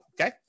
Okay